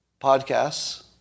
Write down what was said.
podcasts